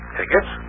Tickets